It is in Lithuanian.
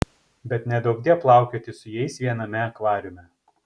bet neduokdie plaukioti su jais viename akvariume